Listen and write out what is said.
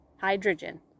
Hydrogen